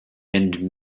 and